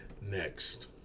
Next